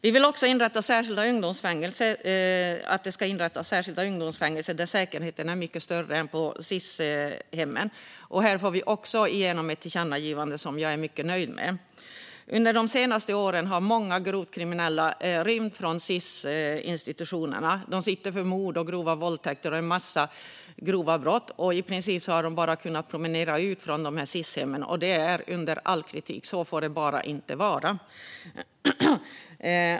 Vi vill också att särskilda ungdomsfängelser ska inrättas där säkerheten är mycket högre än på Sis-hemmen. Här får vi också igenom ett tillkännagivande, som jag är mycket nöjd med. Under de senaste åren har många grovt kriminella rymt från Sis-institutionerna. De sitter inne för mord, grova våldtäkter och en massa andra grova brott, och i princip har de kunnat promenera ut från Sis-hemmen. Det är under all kritik - så får det bara inte vara.